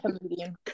comedian